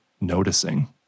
Noticing